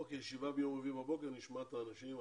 אוקיי, ישיבה ביום רביעי בבוקר, נשמע את האנשים.